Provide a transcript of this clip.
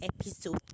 episode